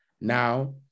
Now